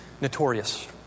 notorious